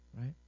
right